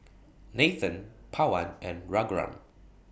Nathan Pawan and Raghuram